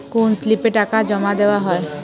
কোন স্লিপে টাকা জমাদেওয়া হয়?